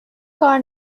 کار